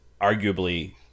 arguably